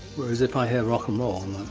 whereas if i hear rock and roll,